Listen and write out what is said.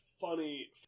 funny